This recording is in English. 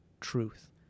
truth